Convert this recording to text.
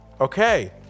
Okay